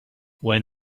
when